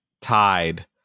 tied